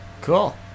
Cool